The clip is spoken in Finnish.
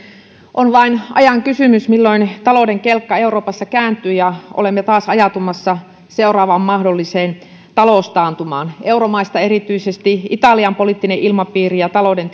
on vain ajan kysymys milloin talouden kelkka euroopassa kääntyy ja olemme taas ajautumassa seuraavaan mahdolliseen taloustaantumaan euromaista erityisesti italian poliittinen ilmapiiri ja talouden